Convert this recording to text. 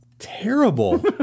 Terrible